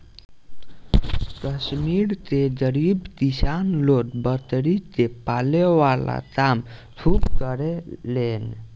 कश्मीर के गरीब किसान लोग बकरी के पाले वाला काम खूब करेलेन